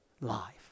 life